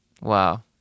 Wow